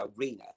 arena